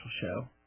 show